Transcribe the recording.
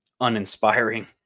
uninspiring